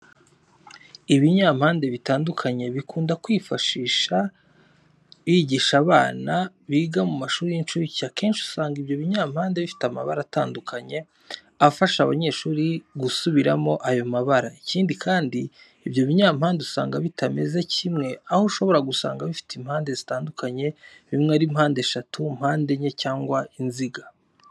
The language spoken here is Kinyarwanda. Ibinyampande bitandukanye bakunda kwifashisha bigisha abana biga mu mashuri y'incuke, akenshi usanga ibyo binyampande bifite amabara atadukanye afasha abanyeshuri gusubiramo ayo mabara. Ikindi kandi ibyo binyampande usanga bitameze kimwe, aho ushobora gusanga bifite impande zitandukanye, bimwe ari mpandeshatu, mpandenye cyangwa inziga.